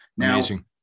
Amazing